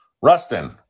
Rustin